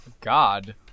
god